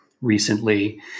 recently